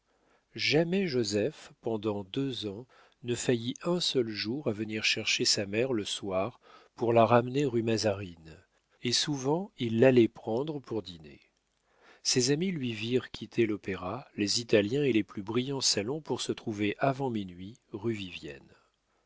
jamais joseph pendant deux ans ne faillit un seul jour à venir chercher sa mère le soir pour la ramener rue mazarine et souvent il l'allait prendre pour dîner ses amis lui virent quitter l'opéra les italiens et les plus brillants salons pour se trouver avant minuit rue vivienne